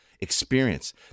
experience